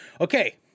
Okay